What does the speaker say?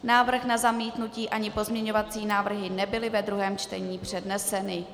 Návrh na zamítnutí ani pozměňovací návrhy nebyly ve druhém čtení předneseny.